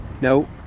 No